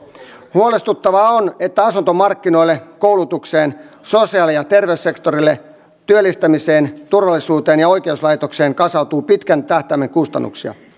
huolestuttavaa on että asuntomarkkinoille koulutukseen sosiaali ja terveyssektorille työllistämiseen turvallisuuteen ja oikeuslaitokseen kasaantuu pitkän tähtäimen kustannuksia